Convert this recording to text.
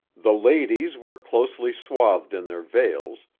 the ladies were closely swathed in their veils,